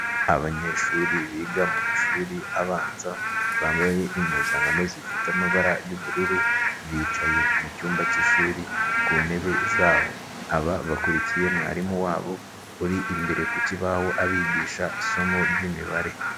Abanyeshuri biga mu mashuri abanza, bambaye impuzankano zifite amabara y'ubururu, bicaye mu cyumba cy'ishuri ku ntebe zabo, aba bakurikiye mwarimu wabo uri imbere ku kibaho abigisha isomo ryimibare.